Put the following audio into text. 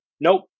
nope